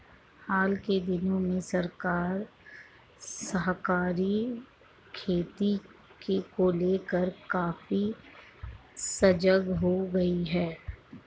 हाल के दिनों में सरकार सहकारी खेती को लेकर काफी सजग हो गई है